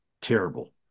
terrible